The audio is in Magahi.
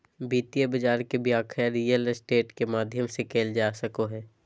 वित्तीय बाजार के व्याख्या रियल स्टेट के माध्यम से कईल जा सको हइ